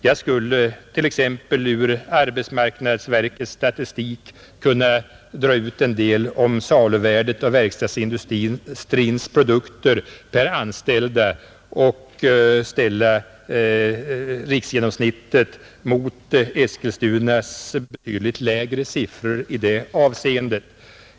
Jag skulle t.ex. ur arbetsmarknadsverkets statistik kunna dra ut en del om saluvärdet av verkstadsindustrins produkter per anställd och ställa riksgenomsnittet mot Eskilstunas betydligt lägre siffror i det avseendet.